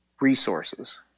resources